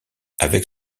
avec